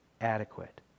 adequate